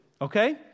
okay